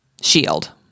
shield